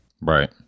Right